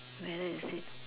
whether is it